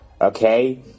okay